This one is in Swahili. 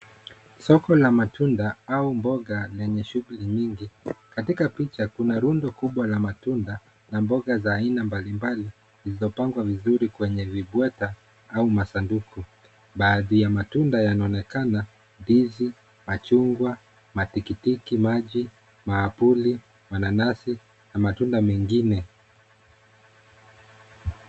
Soko la matunda au mboga lenye shughuli mingi. Katika picha kuna rundo kubwa la matunda na mboga za aina mbalimbali zilizopangwa vizuri kwenye vibwega au masanduku. Baadhi ya matunda yanaonekana ndizi, machungwa, matikitimaji, maapuli, mananasi na matunda mengine.